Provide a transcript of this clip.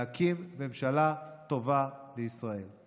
להקים ממשלה טובה בישראל.